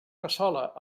cassola